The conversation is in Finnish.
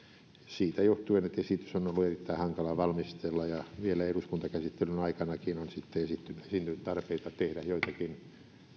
siitä johtuen että esitys on ollut erittäin hankala valmistella vielä eduskuntakäsittelyn aikanakin on sitten esiintynyt tarpeita tehdä joitakin